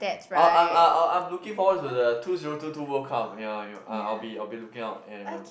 uh I'm uh uh uh I'm looking forward to the two zero two two World Cup ya you know uh I'll I'll be looking out and uh